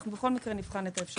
אנחנו בכל מקרה נבחן את האפשרות.